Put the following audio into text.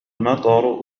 المطر